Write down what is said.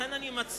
לכן אני מציע: